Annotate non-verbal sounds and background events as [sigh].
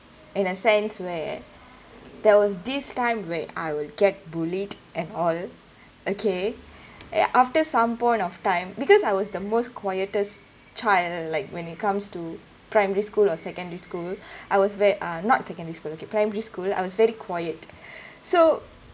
in a sense where there was this time where I were get bullied and all okay uh after some point of time because I was the most quietest child like when it comes to primary school or secondary school [breath] I was ve~ uh not secondary school okay primary school I was very quiet [breath] so